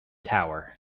tower